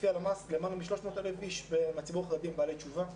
לפי הלמ"ס למעלה מ-300,000 איש מן הציבור החרדי הם בעלי תשובה.